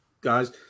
guys